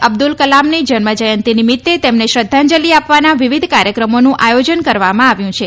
અબ્દુલ કલામની જન્મજયંતિ નિમિત્તે તેમને શ્રદ્ધાંજલી આપવાના વિવિધ કાર્યક્રમોનું આયોજન કરવામાં આવ્યું છે